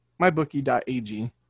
Mybookie.ag